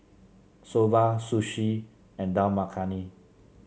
Soba Sushi and Dal Makhani